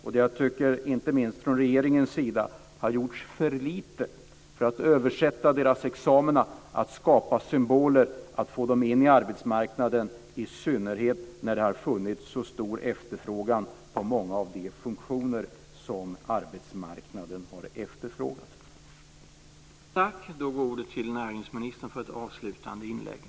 Jag tycker att det inte minst från regeringens sida har gjorts för lite för att översätta deras examina, för att skapa symboler och för att få in dem på arbetsmarknaden - i synnerhet när det har funnits så stor efterfrågan på många av dessa funktioner från arbetsmarknaden.